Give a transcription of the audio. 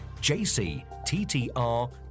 JCTTR